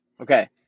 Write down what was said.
Okay